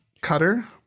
Cutter